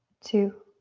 two,